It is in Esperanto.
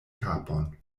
kapon